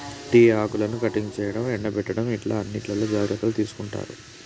tea ఆకులను cutting చేయడం, ఎండపెట్టడం ఇట్లా అన్నిట్లో జాగ్రత్తలు తీసుకుంటారు